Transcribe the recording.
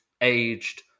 aged